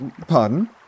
Pardon